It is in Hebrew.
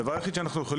ב׳ - הדבר היחיד שאני,